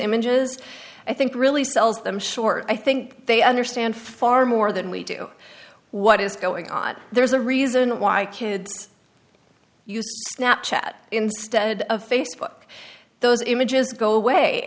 images i think really sells them short i think they understand far more than we do what is going on there's a reason why kids use chat instead of facebook those images go away